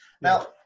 Now